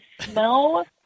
smell